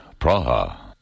Praha